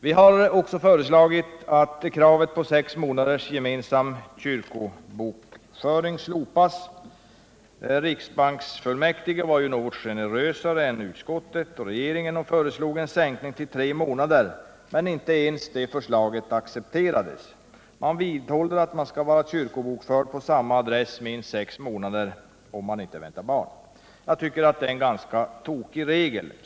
Vi har därför föreslagit att kravet på sex månaders gemensam kyrkobokföring slopas. Riksbanksfullmäktige var ju något generösare än utskottet och regeringen och föreslog en sänkning till tre månader, men inte ens det förslaget accepterades. Man vidhåller att de sökande skall vara kyrkobokförda på samma adress minst sex månader — om de inte väntar barn. Jag tycker det är en tokig regel.